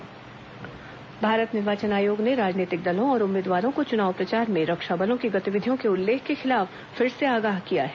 निर्वाचन आयोग आगाह भारत निर्वाचन आयोग ने राजनीतिक दलों और उम्मीदवारों को चुनाव प्रचार में रक्षा बलों की गतिविधियों के उल्लेख के खिलाफ फिर से आगाह किया है